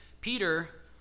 Peter